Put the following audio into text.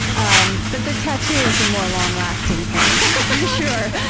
um but the tattoo is a more long-lasting pain for sure.